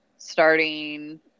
Starting